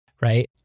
right